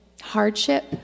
hardship